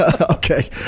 Okay